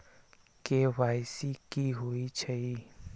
KYC कि होई छई?